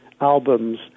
albums